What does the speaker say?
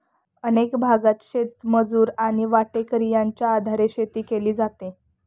अनेक भागांत शेतमजूर आणि वाटेकरी यांच्या आधारे शेती केली जाते